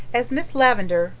as miss lavendar.